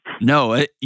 No